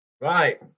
Right